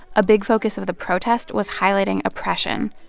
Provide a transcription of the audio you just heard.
a big focus of the protest was highlighting oppression.